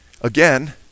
again